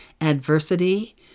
adversity